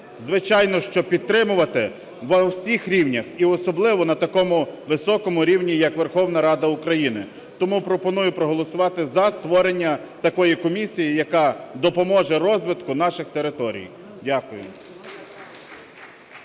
звичайно, що підтримувати в усіх рівнях, і особливо на такому високому рівні, як Верховна Рада України. Тому пропоную проголосувати за створення такої комісії, яка допоможе розвитку наших територій. Дякую.